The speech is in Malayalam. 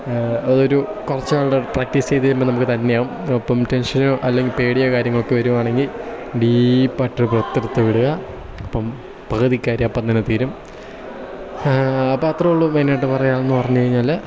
അത് ഒരു കുറച്ചുനാളോടെ പ്രാക്ടീസ് ചെയ്തു വരുമ്പം നമുക്ക് തന്നെയാകും അപ്പം ടെൻഷനോ അല്ലെങ്കിൽ പേടിയോ കാര്യങ്ങളോ ഒക്കെ വരികയാണെങ്കിൽ ഡീപ്പായിട്ട് ഒരു ബ്രത്ത് എടുത്ത് വിടുക അപ്പം പകുതി കാര്യം അപ്പം തന്നെ തീരും അപ്പം അത്രയേ ഉള്ളൂ മെയിനായിട്ട് പറയുകയാണെന്നു പറഞ്ഞു കഴിഞ്ഞാൽ